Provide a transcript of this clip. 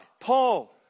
Paul